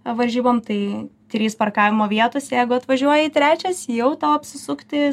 varžybom tai trys parkavimo vietos jeigu atvažiuoji trečias jau tau apsisukti